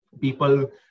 people